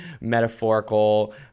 metaphorical